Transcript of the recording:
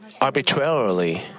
arbitrarily